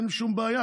אין שום בעיה,